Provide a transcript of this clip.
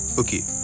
okay